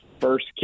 first